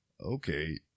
Okay